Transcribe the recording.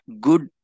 good